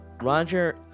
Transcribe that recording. Roger